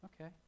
Okay